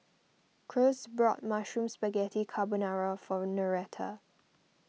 Cruz bought Mushroom Spaghetti Carbonara for Noretta